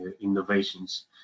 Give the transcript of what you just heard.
innovations